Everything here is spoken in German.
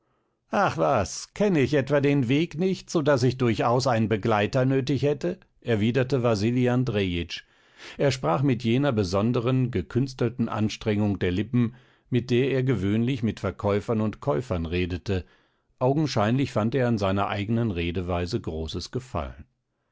ach was kenne ich etwa den weg nicht so daß ich durchaus einen begleiter nötig hätte erwiderte wasili andrejitsch er sprach mit jener besonderen gekünstelten anstrengung der lippen mit der er gewöhnlich mit verkäufern und käufern redete augenscheinlich fand er an seiner eigenen redeweise großes gefallen